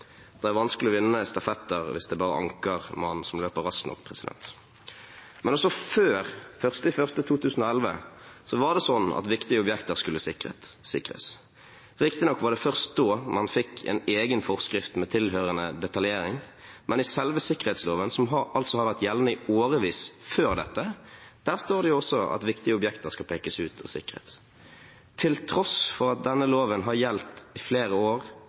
da man fikk en egen forskrift med tilhørende detaljering, men i selve sikkerhetsloven, som har vært gjeldende i årevis før dette, står det også at viktige objekter skal pekes ut og sikres. Til tross for at denne loven har vært gjeldende i flere år